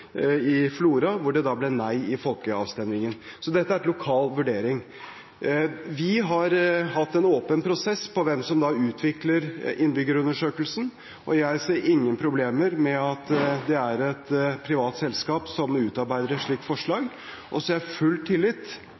det ble nei i folkeavstemningen, så dette er en lokal vurdering. Vi har hatt en åpen prosess når det gjelder hvem som utvikler innbyggerundersøkelsen, og jeg ser ingen problemer med at det er et privat selskap som utarbeider et slikt forslag. Og jeg har full tillit